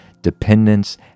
dependence